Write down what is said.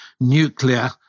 nuclear